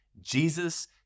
Jesus